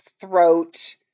throat